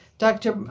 dr.